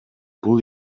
бул